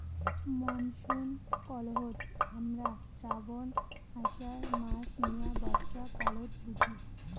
monsoon কহু হামরা শ্রাবণ, আষাঢ় মাস নিয়ে বর্ষাকালত বুঝি